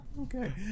Okay